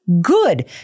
good